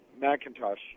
Macintosh